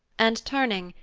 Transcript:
and turning,